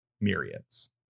myriads